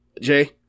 Jay